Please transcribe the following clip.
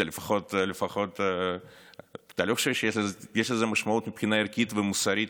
אתה לא חושב שיש לזה משמעות מבחינה ערכית ומוסרית,